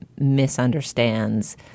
misunderstands